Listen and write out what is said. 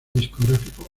discográfico